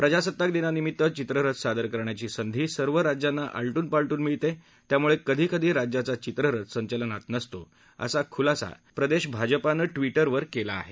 प्रजासत्ताक दिनानिमित्त चित्ररथ सादर करण्याची संधी सर्व राज्यांना आलटून पालटून मिळले त्यामुळे कधी कधी राज्याचा चित्ररथ संचलनातनसतो असा खुलासा प्रदेश भाजपाने ट्वीटरवर केला आहे